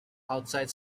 outside